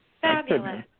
fabulous